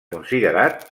considerat